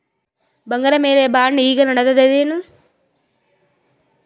ಬಂಗಾರ ಮ್ಯಾಲ ಬಾಂಡ್ ಈಗ ನಡದದೇನು?